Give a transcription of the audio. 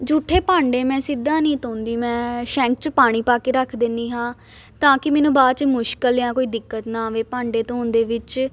ਜੂਠੇ ਭਾਂਡੇ ਮੈਂ ਸਿੱਧਾ ਨਹੀਂ ਧੋਂਦੀ ਮੈਂ ਸ਼ੈਂਕ 'ਚ ਪਾਣੀ ਪਾ ਕੇ ਰੱਖ ਦਿੰਦੀ ਹਾਂ ਤਾਂ ਕਿ ਮੈਨੂੰ ਬਾਅਦ 'ਚ ਮੁਸ਼ਕਲ ਜਾਂ ਕੋਈ ਦਿੱਕਤ ਨਾ ਆਵੇ ਭਾਂਡੇ ਧੋਣ ਦੇ ਵਿੱਚ